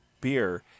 beer